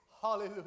Hallelujah